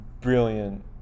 brilliant